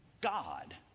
God